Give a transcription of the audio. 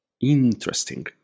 interesting